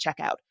checkout